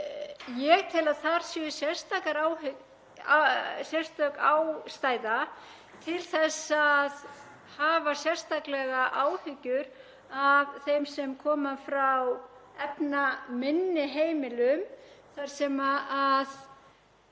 Ég tel að þar sé sérstök ástæða til þess að hafa sérstaklega áhyggjur af þeim sem koma frá efnaminni heimilum þar sem